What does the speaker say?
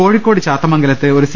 കോഴിക്കോട് ചാത്തമംഗലത്ത് ഒരു സി